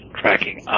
tracking